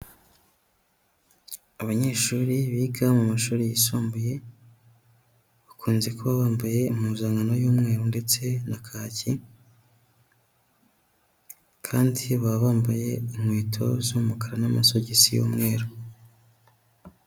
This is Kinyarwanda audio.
Abanyeshuri biga mu mashuri yisumbuye, bakunze kuba bambaye impuzankano y'umweru ndetse na kacyi, kandi baba bambaye inkweto z'umukara n'amasogisi y'umweru.